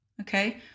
okay